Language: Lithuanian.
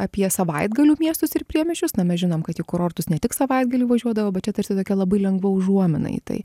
apie savaitgalių miestus ir priemiesčius na mes žinom kad į kurortus ne tik savaitgalį važiuodavo bet čia tarsi tokia labai lengva užuomina į tai